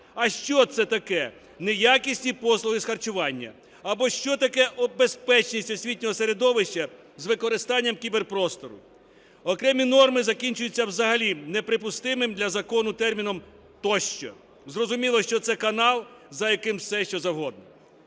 а що це таке "неякісні послуги з харчування" або що таке "безпечність освітнього середовища з використанням кіберпростору"? Окремі норми закінчуються взагалі неприпустимим для закону терміном "тощо", зрозуміло, що це канал, за яким все, що завгодно.